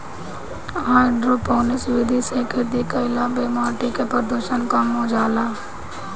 hydroponics विधि से खेती कईला पे माटी के प्रदूषण कम हो जाला